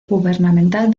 gubernamental